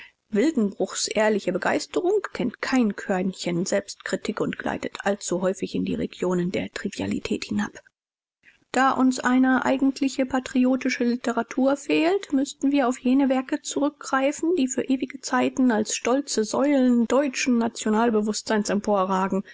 wildenbruchs ehrliche begeisterung kennt kein körnchen selbstkritik und gleitet allzu häufig in die regionen der trivialität hinab da uns eine eigentliche patriotische literatur fehlt müßten wir auf jene werke zurückgreifen die für ewige zeiten als stolze säulen deutschen nationalbewußtseins